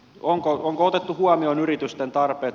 onko otettu huomioon yritysten tarpeet